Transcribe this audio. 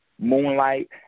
Moonlight